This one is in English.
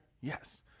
Yes